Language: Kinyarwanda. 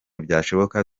byashoboka